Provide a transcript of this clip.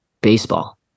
baseball